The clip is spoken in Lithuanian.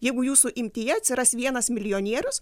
jeigu jūsų imtyje atsiras vienas milijonierius